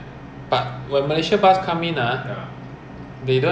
you know those van ah that can sit eight people nine people [one]